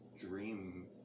dream